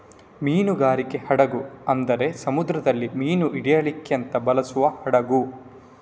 ಮೀನುಗಾರಿಕೆ ಹಡಗು ಅಂದ್ರೆ ಸಮುದ್ರದಲ್ಲಿ ಮೀನು ಹಿಡೀಲಿಕ್ಕೆ ಅಂತ ಬಳಸುವ ಹಡಗು